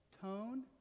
Tone